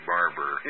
Barber